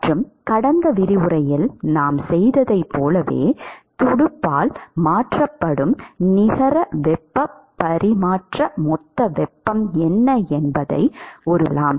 மற்றும் கடந்த விரிவுரையில் நாம் செய்ததைப் போலவே துடுப்பால் மாற்றப்படும் நிகர வெப்ப பரிமாற்ற மொத்த வெப்பம் என்ன என்பதை ஒருவர் பெறலாம்